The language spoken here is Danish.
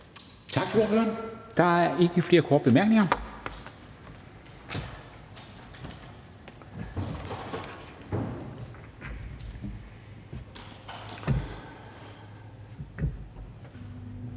Tak til ordføreren. Der er ikke flere korte bemærkninger.